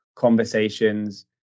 Conversations